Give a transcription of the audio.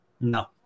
No